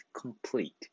complete